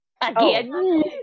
Again